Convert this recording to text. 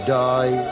die